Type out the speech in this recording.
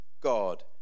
God